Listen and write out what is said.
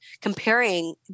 comparing